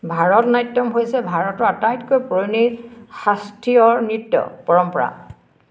ভাৰতনাট্যম হৈছে ভাৰতৰ আটাইতকৈ পুৰণি শাস্ত্ৰীয় নৃত্য পৰম্পৰা